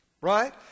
right